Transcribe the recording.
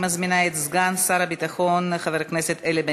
אני מזמינה את סגן שר הביטחון חבר הכנסת אלי בן-דהן.